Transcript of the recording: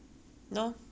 I go in like this